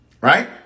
Right